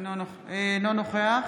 אינו נוכח